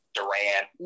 Durant